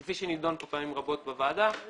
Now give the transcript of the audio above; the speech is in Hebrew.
כפי שנדון כאן פעמים רבות בוועדה.